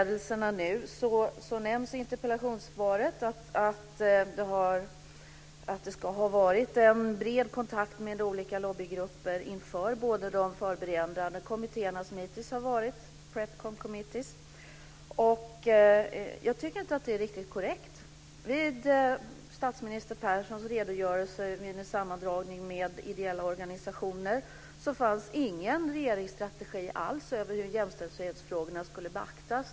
Det nämns i interpellationssvaret att det ska ha varit en bred kontakt med olika lobbygrupper inför de förberedande kommittémötena som hittills har varit - PrepCom meetings. Jag tycker inte att det är riktigt korrekt. Vid statsminister Perssons redogörelser vid en sammandragning med ideella organisationer fanns ingen regeringsstrategi alls för hur jämställdhetsfrågorna skulle beaktas.